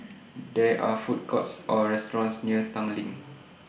There Are Food Courts Or restaurants near Tanglin